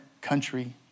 country